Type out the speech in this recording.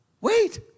wait